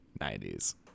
90s